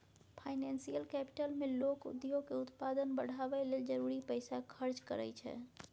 financial capital मे लोक उद्योग के उत्पादन बढ़ाबय लेल जरूरी पैसा खर्च करइ छै